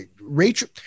Rachel